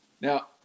Now